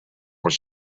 were